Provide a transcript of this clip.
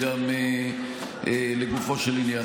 הם לגופו של עניין.